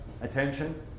attention